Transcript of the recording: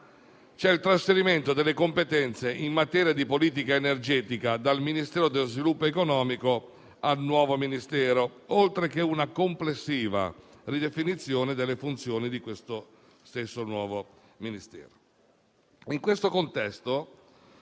c'è il trasferimento delle competenze in materia di politica energetica dal Ministero dello sviluppo economico al nuovo Ministero, oltre ad una complessiva ridefinizione delle funzioni di quest'ultimo. In questo contesto